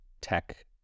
tech